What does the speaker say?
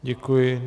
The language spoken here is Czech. Děkuji.